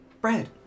Bread